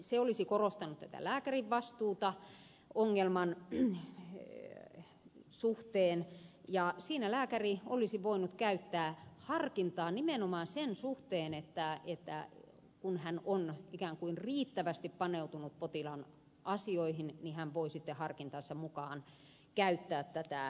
se olisi korostanut lääkärin vastuuta ongelman suhteen ja siinä lääkäri olisi voinut käyttää harkintaa nimenomaan sen suhteen että kun hän on ikään kuin riittävästi paneutunut potilaan asioihin hän voi sitten harkintansa mukaan käyttää tätä oikeutta